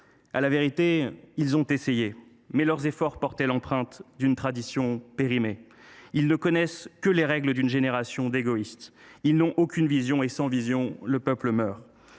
À la vérité, ils ont essayé ; mais leurs efforts portaient l’empreinte d’une tradition périmée. […] Ils ne connaissent que les règles d’une génération d’égoïstes. Ils n’ont aucune vision, et sans vision, le peuple meurt.